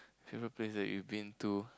favourite place that you've been to